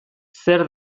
zer